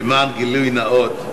למען הגילוי הנאות,